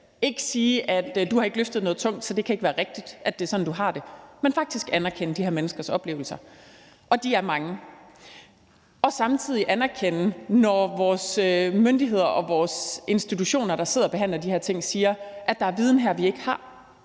ikke sige: Du har ikke løftet noget tungt, så det kan ikke være rigtigt, at det er sådan, du har det. Men vi skal faktisk anerkende de her menneskers oplevelser, og de er mange. Samtidig skal vi for det andet anerkende det, når vores myndigheder og vores institutioner, der sidder og behandler de her ting, siger, at der er viden her, vi ikke har,